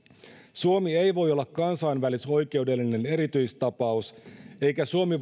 suomi ei voi olla kansainvälisoikeudellinen erityistapaus eikä suomi